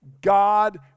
God